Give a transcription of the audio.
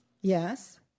Yes